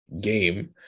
game